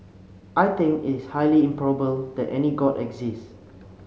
I think its highly that any god exists